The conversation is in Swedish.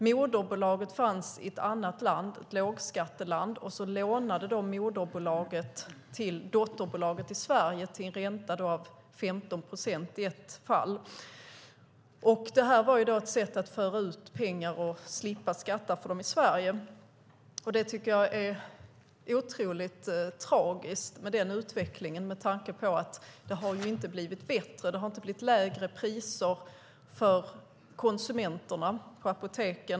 Moderbolaget fanns i ett annat land, ett lågskatteland, och moderbolaget lånade till dotterbolaget i Sverige till en ränta av 15 procent, som i ett fall. Det här var ett sätt att föra ut pengar och slippa skatta för dem i Sverige. Jag tycker att det är otroligt tragiskt med den utvecklingen med tanke på att det inte har blivit bättre. Det har inte blivit lägre priser på apoteken för konsumenterna.